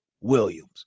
Williams